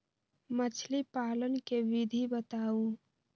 मछली पालन के विधि बताऊँ?